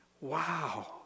Wow